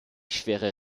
schwere